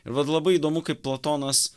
ir vat labai įdomu kaip platonas